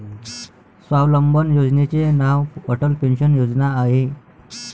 स्वावलंबन योजनेचे नाव अटल पेन्शन योजना आहे